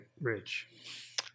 rich